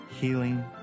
healing